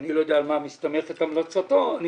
אני לא יודע על מה מסתמכת המלצתו ואני